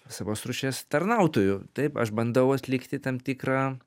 savos rūšies tarnautoju taip aš bandau atlikti tam tikrą